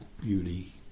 beauty